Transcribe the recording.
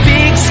Big